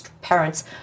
parents